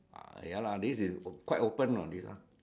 ya lah this is quite open what this ah